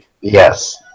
Yes